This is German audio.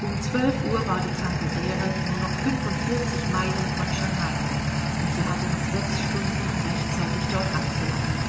um zwölf uhr war die tankadere nur noch fünfundvierzig meilen von schangai und sie hatte noch sechs stunden um rechtzeitig dort anzulangen